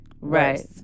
Right